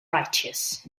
righteous